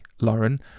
Lauren